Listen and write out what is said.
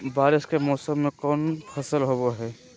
बारिस के मौसम में कौन फसल होबो हाय?